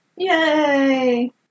Yay